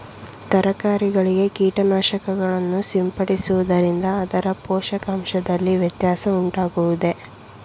ತರಕಾರಿಗಳಿಗೆ ಕೀಟನಾಶಕಗಳನ್ನು ಸಿಂಪಡಿಸುವುದರಿಂದ ಅದರ ಪೋಷಕಾಂಶದಲ್ಲಿ ವ್ಯತ್ಯಾಸ ಉಂಟಾಗುವುದೇ?